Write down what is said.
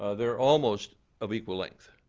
ah they're almost of equal length.